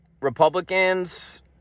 Republicans